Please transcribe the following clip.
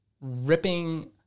ripping